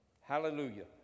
Hallelujah